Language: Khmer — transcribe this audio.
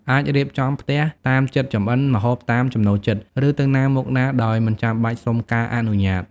អាចរៀបចំផ្ទះតាមចិត្ត ចម្អិនម្ហូបតាមចំណូលចិត្ត ឬទៅណាមកណាដោយមិនចាំបាច់សុំការអនុញ្ញាត។